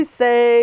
say